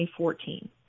2014